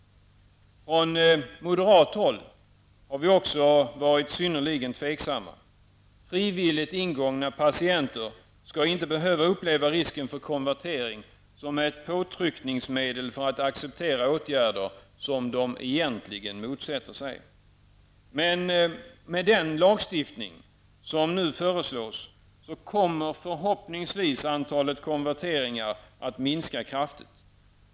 Från moderat håll har vi också varit synnerligen tveksamma. Frivilligt ingångna patienter skall inte behöva uppleva risken för konvertering som ett påtryckningsmedel för att acceptera åtgärder som de egentligen motsätter sig. Men med den lagstiftning som nu föreslås kommer förhoppningsvis antalet konverteringar att minska kraftigt.